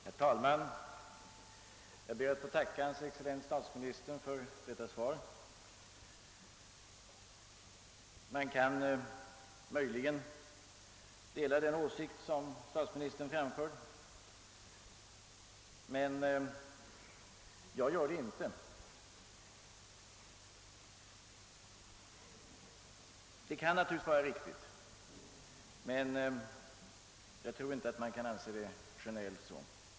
Herr talman! Jag ber att få tacka hans excellens statsministern för detta svar. Man kan möjligen ha den åsikt som statsministern här givit uttryck åt, men jag delar den inte. Jag tror inte att man generellt kan säga på det sättet.